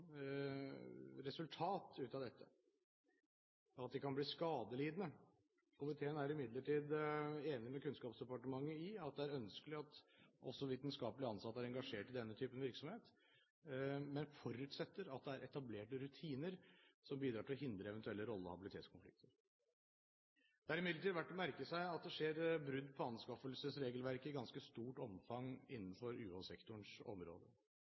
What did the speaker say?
resultat av dette, og at de kan bli skadelidende. Komiteen er imidlertid enig med Kunnskapsdepartementet i at det er ønskelig at også vitenskapelig ansatte er engasjert i denne typen virksomhet, men forutsetter at det er etablert rutiner som bidrar til å hindre eventuelle rolle- og habilitetskonflikter. Det er imidlertid verdt å merke seg at det skjer brudd på anskaffelsesregelverket i et ganske stort omfang innenfor UH-sektorens område.